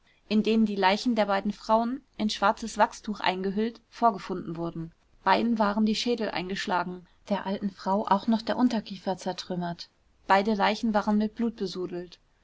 in denen die leichen der beiden frauen in schwarzes wachstuch eingehüllt vorgefunden wurden beiden waren die schädel eingeschlagen der alten frau auch noch der unterkiefer zertrümmert beide leichen waren mit